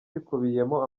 bukubiyemo